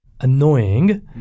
annoying